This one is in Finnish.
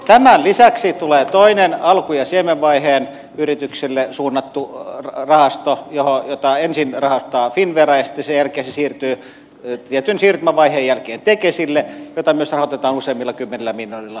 tämän lisäksi tulee toinen alku ja siemenvaiheen yrityksille suunnattu rahasto jota ensin rahoittaa finnvera ja sitten sen jälkeen se siirtyy tietyn siirtymävaiheen jälkeen tekesille ja myös sitä rahoitetaan useammilla kymmenillä miljoonilla